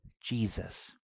Jesus